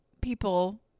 people